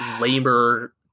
labor